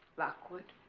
lockwood